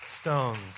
stones